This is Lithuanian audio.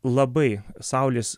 labai saulės